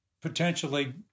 potentially